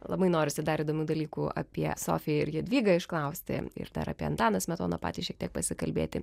labai norisi dar įdomių dalykų apie sofiją ir jadvygą išklausti ir dar apie antaną smetoną patį šiek tiek pasikalbėti